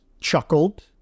Chuckled